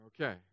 okay